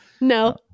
No